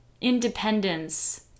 independence